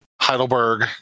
heidelberg